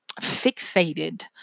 fixated